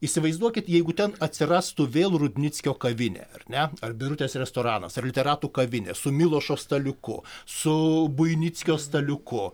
įsivaizduokit jeigu ten atsirastų vėl rudnickio kavinė ar ne ar birutės restoranas ar literatų kavinė su milošo staliuku su buinickio staliuko